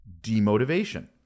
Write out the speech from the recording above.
demotivation